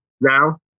now